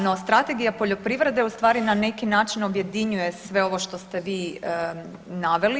No, strategija poljoprivrede u stvari na neki način objedinjuje sve ovo što ste vi naveli.